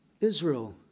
Israel